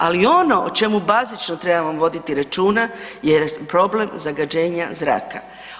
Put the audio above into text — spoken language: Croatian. Ali ono o čemu bazično trebamo voditi računa je problem zagađenja zraka.